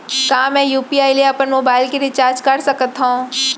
का मैं यू.पी.आई ले अपन मोबाइल के रिचार्ज कर सकथव?